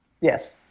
Yes